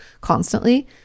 constantly